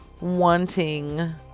wanting